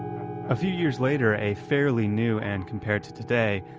a few years later, a fairly new and, compared to today,